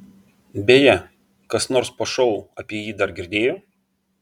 beje kas nors po šou apie jį dar girdėjo